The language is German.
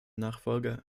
nachfolger